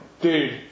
dude